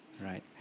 right